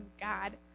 God